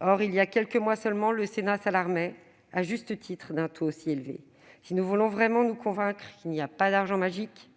Or il y a quelques mois seulement, le Sénat s'alarmait à juste titre d'un taux aussi élevé. Si nous voulons vraiment nous convaincre qu'il n'y a pas d'argent « magique »,